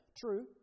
True